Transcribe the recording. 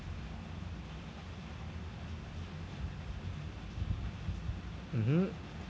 mmhmm